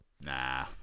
nah